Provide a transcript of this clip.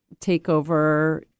takeover